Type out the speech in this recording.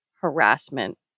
harassment